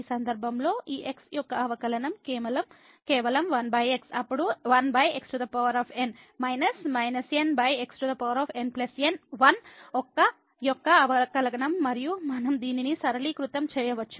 ఈ సందర్భంలో ఈ x యొక్క అవకలనం కేవలం 1x అప్పుడు 1xn మైనస్ nxn1 యొక్క అవకలనం మరియు మనం దీనిని సరళీకృతం చేయవచ్చు